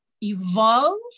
evolve